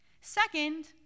Second